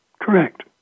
Correct